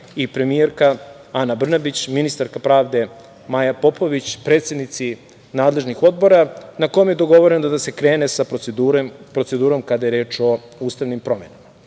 i premijerka Ana Brnabić, i ministarka pravde Maja Popović i predsednici nadležnih odbora na kome je dogovoreno da se krene sa procedurom, kada je reč o ustavnim promenama.I